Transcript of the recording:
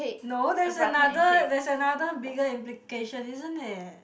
no there's another there's another bigger implication isn't it